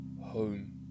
home